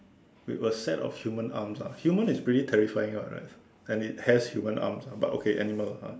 we were scared of human arms ah humans is pretty terrifying [what] right and it has human arms ah but okay animals lah